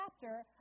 chapter